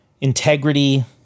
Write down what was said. integrity